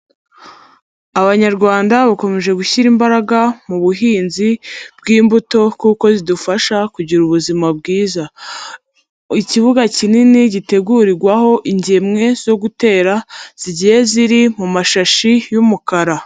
Abanyarwanda bakomeje gushyira imbaraga mu buhinzi bw'imbuto kuko zidufasha kugira ubuzima bwiza, ikibuga kinini gitegurirwaho ingemwe zo gutera zigiye ziri mu mashashi y'umukara.